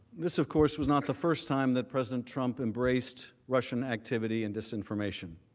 this of course was not the first time that president trump embraced russian activity and disinformation.